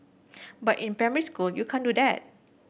but in primary school you can't do that